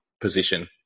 position